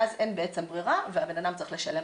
ואז אין בעצם ברירה והבן אדם צריך לשלם